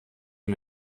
mir